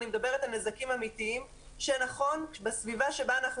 אני מדברת על נזקים אמיתיים שבסביבה שבה אנחנו